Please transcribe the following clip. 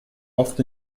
oft